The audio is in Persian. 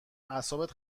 اعصابت